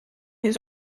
his